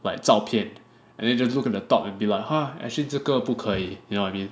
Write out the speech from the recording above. like 照片 and then you just look at the top and be like actually 这个不可以 you know what I mean